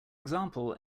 example